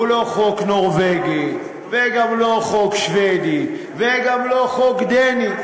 לא חוק נורבגי וגם לא חוק שבדי וגם לא חוק דני,